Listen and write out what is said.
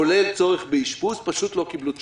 כולל צורך באשפוז, פשוט לא קיבלו תשובה.